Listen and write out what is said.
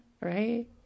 right